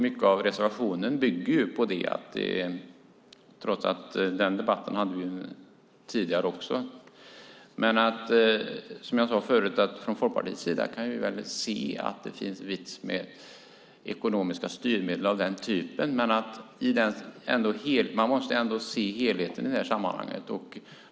Även den debatten har vi haft tidigare. Från Folkpartiets sida kan vi se att det finns en vits med ekonomiska styrmedel av den typen, men man måste ändå se helheten i sammanhanget.